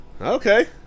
Okay